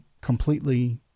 completely